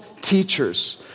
teachers